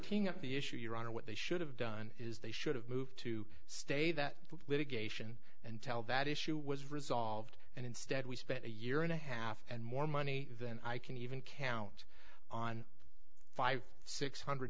king of the issue your honor what they should have done is they should have moved to stay that litigation and tell that issue was resolved and instead we spent a year and a half and more money than i can even count on five six hundred